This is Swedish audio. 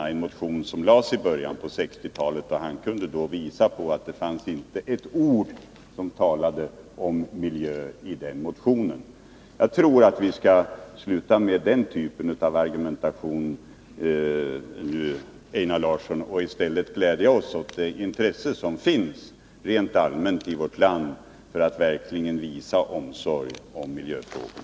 Det var en motion som framlades i början av 1960-talet. Ledamoten kunde påvisa att inte ett ord i motionen handlade om miljö. Jag tror att Einar Larsson skall upphöra med detta slag av argumentation. I stället skall vi glädja oss åt det intresse som rent allmänt finns i vårt land för miljöfrågorna.